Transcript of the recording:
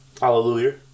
Hallelujah